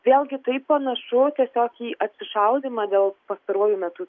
vėlgi tai panašu tiesiog į atsišaudymą dėl pastaruoju metu